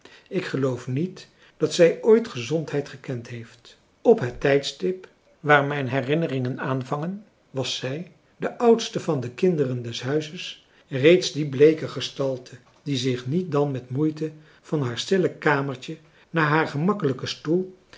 ik geloof niet dat zij ooit gezondheid gekend heeft op het tijdstip waar mijn herinneringen aanvangen was zij de oudste van de kinderen des huizes reeds die bleeke gestalte die zich niet dan met moeite van haar stille kamertje naar haar gemakkelijken stoel